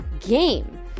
game